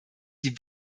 die